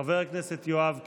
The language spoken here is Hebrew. חבר הכנסת יואב קיש,